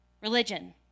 religion